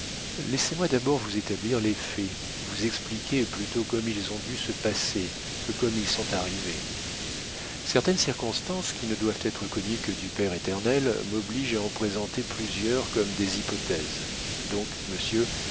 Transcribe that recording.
laissez-moi d'abord vous établir les faits vous expliquer plutôt comme ils ont dû se passer que comme ils sont arrivés certaines circonstances qui ne doivent être connues que du père éternel m'obligent à en présenter plusieurs comme des hypothèses donc monsieur